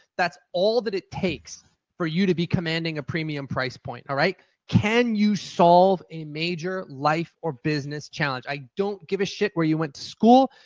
that's all that it takes for you to be commanding a premium price point. like can you solve a major life or business challenge? i don't give a shit where you went to school.